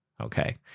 okay